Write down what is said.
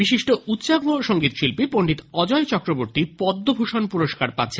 বিশিষ্ট উচ্চাঙ্গ সঙ্গীত শিল্পী পন্ডিত অজয় চক্রবর্তী পদ্মভূষণ পুরস্কার পাচ্ছেন